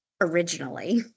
originally